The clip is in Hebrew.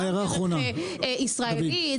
ערך ישראלי,